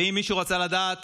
ואם מישהו רצה לדעת